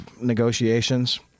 negotiations